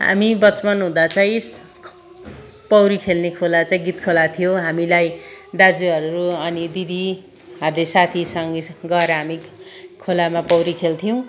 हामी बचपन हुँदा चाहिँ पौडी खेल्ने खोला चाहिँ गीत खोला थियो हामीलाई दाजुहरू अनि दिदीहरूले साथीसङ्गी गएर हामी खोलामा पौडी खेल्थ्यौँ